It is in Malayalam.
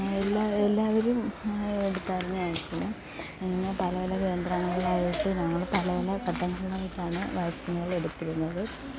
എല്ലാ എല്ലാവരും എടുത്തിരുന്നു വാക്സിന് പിന്നെ പല പല കേന്ദ്രങ്ങളിലായിട്ട് ഞങ്ങൾ പല പല ഘട്ടങ്ങളിലായിട്ടാണ് വാക്സിനുകൾ എടുത്തിരുന്നത്